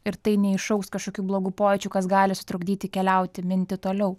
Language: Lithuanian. ir tai neiššauks kažkokių blogų pojūčių kas gali sutrukdyti keliauti minti toliau